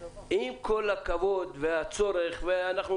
עם כל הכבוד והצורך ואנחנו